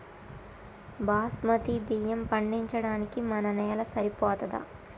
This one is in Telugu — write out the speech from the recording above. బాస్మతి బియ్యం పండించడానికి మన నేల సరిపోతదా?